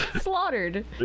slaughtered